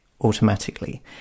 automatically